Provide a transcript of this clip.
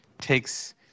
takes